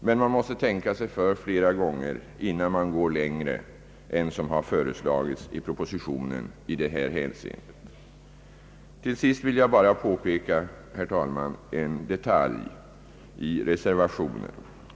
Man måste emellertid tänka sig för flera gånger innan man går längre än som föreslagits i propositionen i detta hänseende. Till sist vill jag bara påpeka, herr talman, en detalj i reservationen.